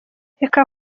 reka